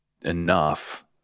enough